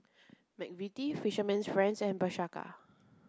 McVitie Fisherman's friends and Bershka